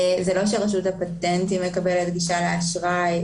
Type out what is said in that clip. זה לא שרשות הפטנטים מקבלת גישה לאשראי.